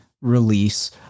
release